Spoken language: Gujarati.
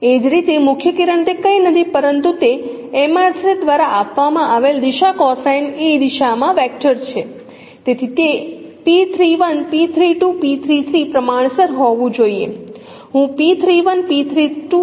એ જ રીતે મુખ્ય કિરણ તે કંઈ નથી પરંતુ તે દ્વારા આપવામાં આવેલ દિશા કોસાઇન એ દિશા વેક્ટર છે તેથી તે પ્રમાણસર હોવું જોઈએ હું ને ધ્યાનમાં લઈ શકું છું